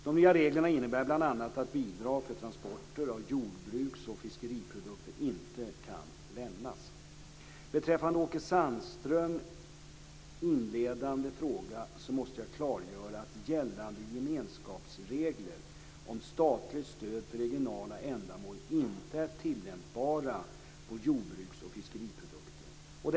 De nya reglerna innebär bl.a. att bidrag för transporter av jordbruks och fiskeriprodukter inte kan lämnas. Beträffande Åke Sandströms inledande fråga måste jag klargöra att gällande gemenskapsregler om statligt stöd för regionala ändamål inte är tillämpbara på jordbruks och fiskeriprodukter.